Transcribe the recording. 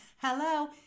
Hello